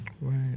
Right